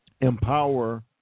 empower